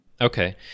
Okay